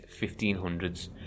1500s